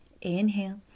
Inhale